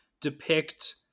depict